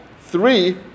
three